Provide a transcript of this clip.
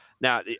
Now